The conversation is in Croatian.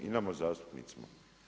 I nama zastupnicima.